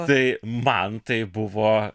tai man tai buvo